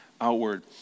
outward